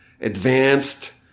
advanced